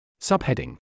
Subheading